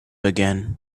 again